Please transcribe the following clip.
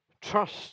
Trust